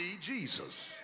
Jesus